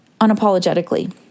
unapologetically